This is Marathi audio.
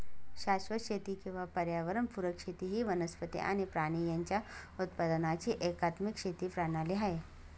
शाश्वत शेती किंवा पर्यावरण पुरक शेती ही वनस्पती आणि प्राणी यांच्या उत्पादनाची एकात्मिक शेती प्रणाली आहे